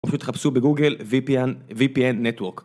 או פשוט תחפשו בגוגל vpn network